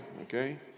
okay